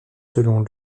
selon